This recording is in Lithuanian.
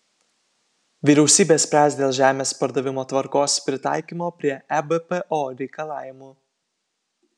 vyriausybė spręs dėl žemės pardavimo tvarkos pritaikymo prie ebpo reikalavimų